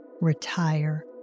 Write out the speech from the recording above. Retire